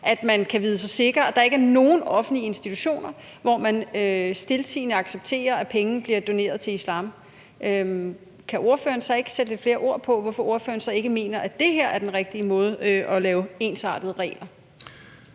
at man kan vide sig sikker, og at der ikke er nogen offentlige institutioner, hvor de stiltiende accepterer, at penge bliver doneret til islam. Kan ordføreren ikke sætte lidt flere ord på, hvorfor ordføreren så ikke mener, at det her er den rigtige måde at lave ensartede regler